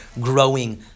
growing